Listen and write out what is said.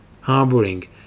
harboring